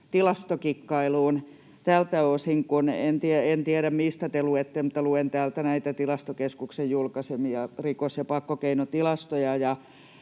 tältä osin, kun en tiedä, mistä te luette, mutta minä luen täältä näitä Tilastokeskuksen julkaisemia rikos‑ ja pakkokeinotilastoja,